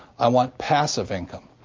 i want passive income.